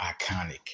iconic